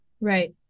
right